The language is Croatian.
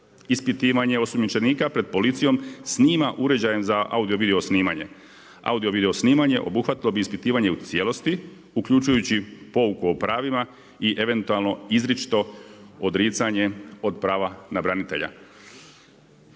ispitivanje osumnjičenika pred policijom snima uređajem za audio-video snimanje. Audio-video snimanje obuhvatilo bi ispitivanje u cijelosti, uključujući pouku o pravima i eventualno izričito odricanje od prava na branitelja.